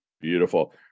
Beautiful